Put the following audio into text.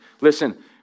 Listen